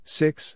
six